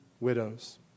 widows